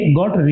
got